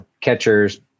catchers